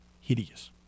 Hideous